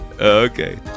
Okay